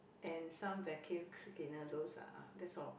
and some vacuum cleaner those uh ah that's all